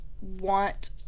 want